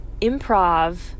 improv